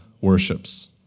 worships